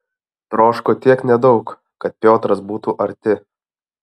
troško tiek nedaug kad piotras būtų arti